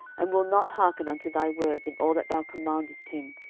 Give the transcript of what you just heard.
and will not hearken unto thy words in all that thou commandest him,